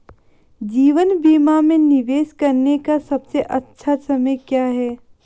जीवन बीमा में निवेश करने का सबसे अच्छा समय क्या है?